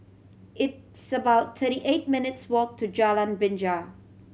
it's about thirty eight minutes' walk to Jalan Binja